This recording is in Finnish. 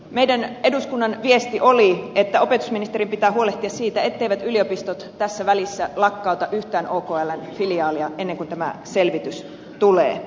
meidän eduskunnan viesti oli että opetusministerin pitää huolehtia siitä etteivät yliopistot tässä välissä lakkauta yhtään okln filiaalia ennen kuin tämä selvitys tulee